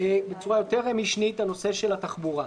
ובצורה יותר משנית הנושא של התחבורה.